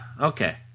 okay